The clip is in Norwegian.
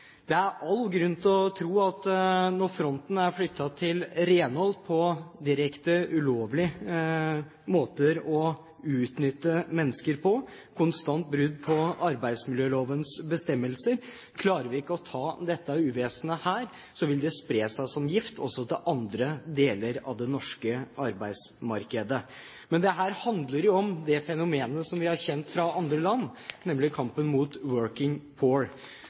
fronten er flyttet til renhold, til direkte ulovlige måter å utnytte mennesker på og konstante brudd på arbeidsmiljølovens bestemmelser. Klarer vi ikke å ta dette uvesenet her, vil det spre seg som gift også til andre deler av det norske arbeidsmarkedet. Dette handler om det fenomenet som vi kjenner fra andre land, nemlig kampen mot